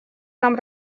нам